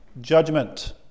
judgment